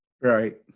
Right